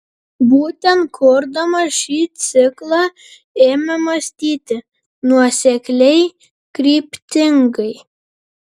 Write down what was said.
būtent kurdamas šį ciklą ėmė mąstyti nuosekliai kryptingai